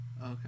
Okay